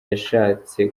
yashatse